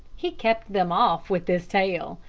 he kept them off with this tale.